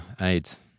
AIDS